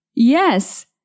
Yes